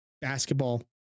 basketball